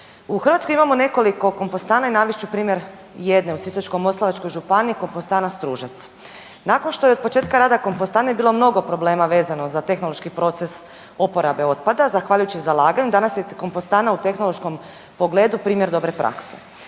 u Hrvatskoj imamo nekoliko kompostana i navest ću primjer jedne u Sisačko-moslavačkoj županiji kompostana Stružac. Nakon što je od početka rada kompostane bilo mnogo problema vezano za tehnološki proces oporabe otpada, zahvaljujući zalaganju danas je kompostana u tehnološkom pogledu primjer dobre prakse.